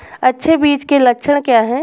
अच्छे बीज के लक्षण क्या हैं?